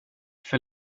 för